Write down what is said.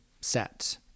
set